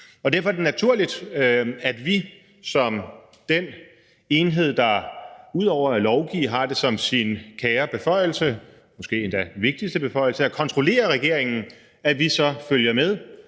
Derfor er det naturligt, at vi – som den enhed, der ud over at lovgive har det som sin kære beføjelse, måske endda vigtigste beføjelse, at kontrollere regeringen – så følger med